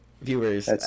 viewers